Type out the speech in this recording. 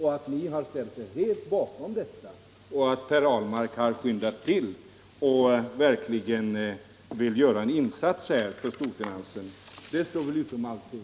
De kraven har ni nu ställt er helt bakom. Och att Per Ahlmark sedan har skyndat till och velat göra en insats för storfinansen står väl också utom allt tvivel!